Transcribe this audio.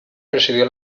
presidió